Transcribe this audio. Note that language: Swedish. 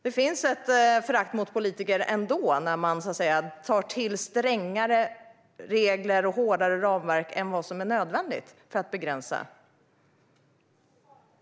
Det finns ett förakt mot politiker ändå när de så att säga tar till strängare regler och hårdare ramverk än vad som är nödvändigt för att begränsa.